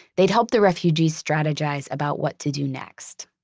they'd help the refugees strategize about what to do next.